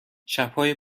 شبهای